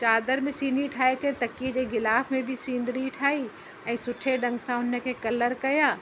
चादर में सीनरी ठाहे करे तकिए जे गिलाफ में बि सीनरी ठाही ऐं सुठे ढंग सां उन खे कलर कयां